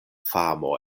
famo